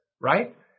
right